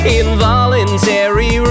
involuntary